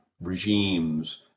regimes